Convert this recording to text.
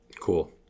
cool